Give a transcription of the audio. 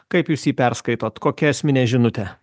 kaip jūs jį perskaitot kokia esminė žinutė